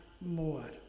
more